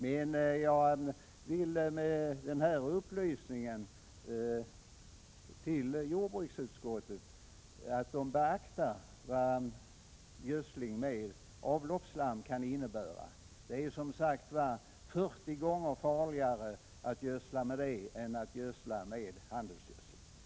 Jag vill med denna upplysning säga till jordbruksutskottets ledamöter att de skall beakta vad gödsling med avloppsslam kan innebära. Det är alltså 40 gånger farligare att gödsla med det än att gödsla med handelsgödsel.